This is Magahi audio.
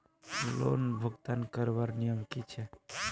लोन भुगतान करवार नियम की छे?